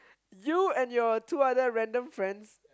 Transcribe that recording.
you and your two other random friends